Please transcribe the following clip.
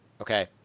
okay